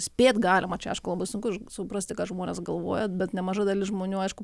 spėt galima čia aišku labai sunku suprasti kad žmonės galvoja bet nemaža dalis žmonių aišku